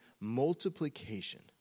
multiplication